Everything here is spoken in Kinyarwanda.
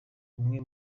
bumwe